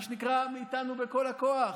מה שנקרא, מאיתנו בכל הכוח.